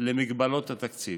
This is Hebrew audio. למגבלות התקציב.